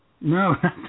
No